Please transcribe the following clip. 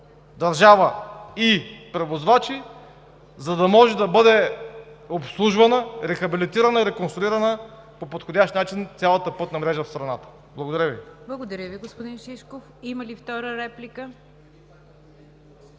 държава и превозвачи, за да може да бъде обслужвана, рехабилитирана и реконструирана по подходящ начин цялата пътна мрежа в страната. Благодаря Ви. ПРЕДСЕДАТЕЛ НИГЯР ДЖАФЕР: Благодаря Ви, господин Шишков. Има ли втора реплика?